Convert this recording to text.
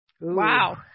Wow